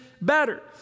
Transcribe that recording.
Better